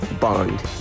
bond